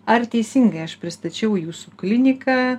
ar teisingai aš pristačiau jūsų kliniką